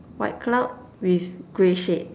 white cloud with grey shades